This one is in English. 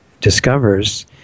discovers